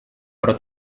però